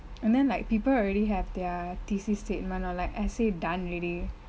and then like people already have their thesis statement or like essay done already